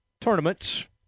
tournaments